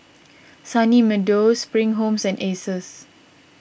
Sunny Meadow Spring Homes and Asus